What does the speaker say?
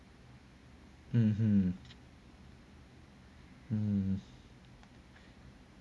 mmhmm mm